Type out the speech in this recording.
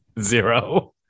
zero